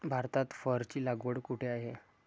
भारतात फरची लागवड कुठे आहे?